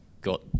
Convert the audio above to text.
got